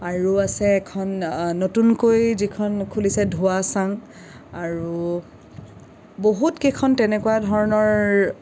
আৰু আছে এখন নতুনকৈ যিখন খুলিছে ধোঁৱাচাং আৰু বহুত কেইখন তেনেকুৱা ধৰণৰ